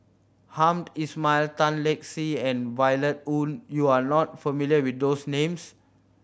Hamed Ismail Tan Lark Sye and Violet Oon you are not familiar with those names